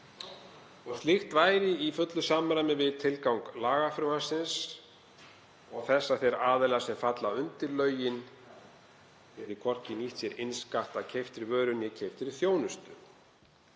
Slíkt væri í fullu samræmi við tilgang lagafrumvarpsins og þess að þeir aðilar sem falla undir lögin geti hvorki nýtt sér innskatt af keyptri vöru né keyptri þjónustu.